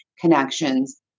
connections